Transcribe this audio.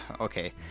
Okay